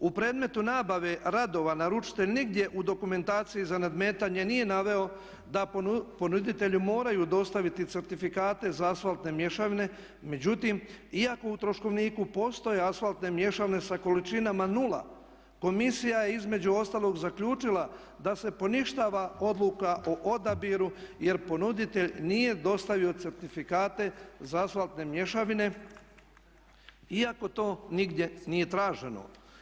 U predmetu nabave radova naručitelj nigdje u dokumentaciji za nadmetanje nije naveo da ponuditelju moraju dostaviti certifikate za asfaltne mješavine, međutim iako u troškovniku postoje asfaltne mješavine sa količinama 0 komisija je između ostalog zaključila da se poništava odluka o odabiru jer ponuditelj nije dostavio certifikate za asfaltne mješavine iako to nigdje nije traženo.